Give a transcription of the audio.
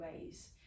ways